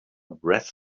breath